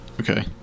Okay